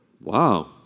Wow